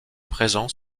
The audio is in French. présent